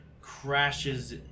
crashes